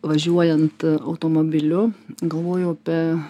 važiuojant automobiliu galvojau apie